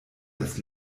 das